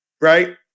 Right